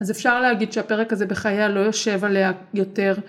אז אפשר להגיד שהפרק הזה בחייה לא יושב עליה יותר.